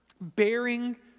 bearing